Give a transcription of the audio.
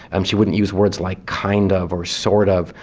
and she wouldn't use words like kind of or sort of,